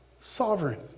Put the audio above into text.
sovereign